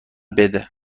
بده